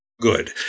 good